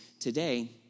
Today